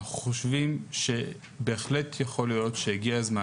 אנחנו חושבים שבהחלט יכול להיות שהגיע הזמן